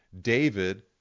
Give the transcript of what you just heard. David